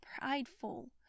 prideful